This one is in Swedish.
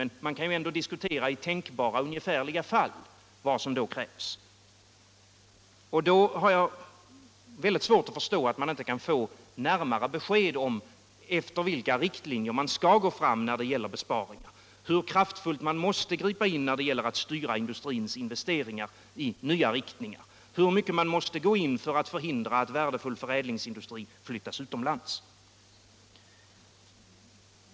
Men man kan ju ändå diskutera, i tänkbara, ungefärliga fall, vad som då krävs. Jag har svårt att förstå att man inte kan få närmare besked om, efter vilka riktlinjer man skall gå fram när det gäller besparingar, hur kraftfullt man måste gripa in när det gäller att styra industrins investeringar i nya riktningar och hur mycket man måste gå in för att förhindra att värdefull förädlingsindustri flyttas utomlands.